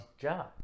job